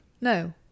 no